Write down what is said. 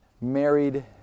married